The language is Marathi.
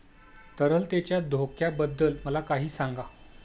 तरलतेच्या धोक्याबद्दल मला काही सांगा